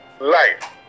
life